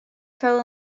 fell